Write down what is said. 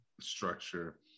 structure